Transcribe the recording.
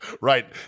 Right